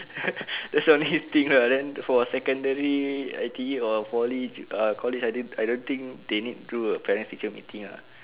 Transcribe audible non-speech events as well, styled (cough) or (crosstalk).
(noise) that's the only thing lah then for secondary I_T_E or poly you ah college I didn't I don't think they need do a parents teacher meeting ah